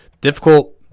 difficult